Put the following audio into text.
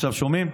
עכשיו שומעים?